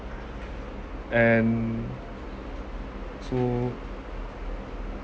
and so